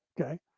Okay